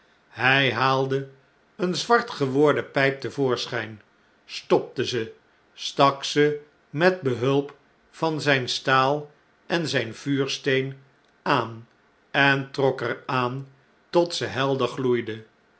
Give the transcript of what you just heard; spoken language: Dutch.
hjj haalde een zwart geworden pjjp te voorschjjn stopte ze stak ze met behulp van zyn staal en zijn vuursteen aan en trok er aan tot ze helder gloeide